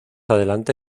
adelante